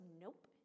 nope